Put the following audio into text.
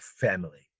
family